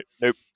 nope